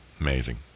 Amazing